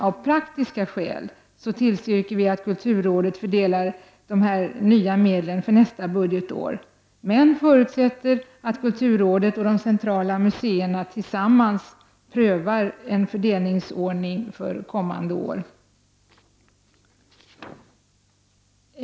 Av praktiska skäl tillstyrker vi att kulturrådet fördelar dessa nya medel för nästa budgetår, men vi förutsätter att kulturrådet och de centrala museerna tillsammans prövar fördelningsordningen för kommande år.